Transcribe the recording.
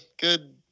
Good